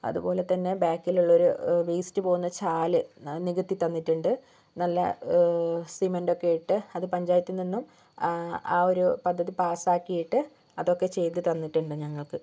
അതുപോലെ തന്നെ ബേക്കിലുള്ളൊരു വേസ്റ്റ് പോകുന്ന ചാല് നികത്തി തന്നിട്ടുണ്ട് നല്ല സിമന്റ് ഒക്കെ ഇട്ട് അത് പഞ്ചായത്തിൽ നിന്നും ആ ആ ഒരു പദ്ധതി പാസാക്കിയിട്ട് അതൊക്കെ ചെയ്തു തന്നിട്ടുണ്ട് ഞങ്ങൾക്ക്